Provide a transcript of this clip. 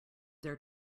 there